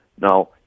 Now